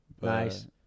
Nice